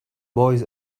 boys